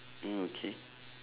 mm okay